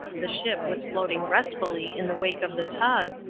the ship was floating restfuuy in the wake of the tug,